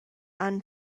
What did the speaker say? han